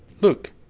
Look